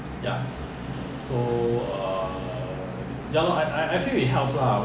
in the showroom when they design right the place where they supposed to put T_V ah